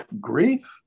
grief